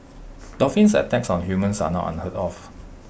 dolphins attacks on humans are not unheard of